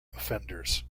offenders